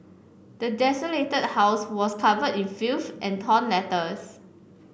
the desolated house was covered in filth and torn letters